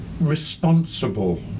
responsible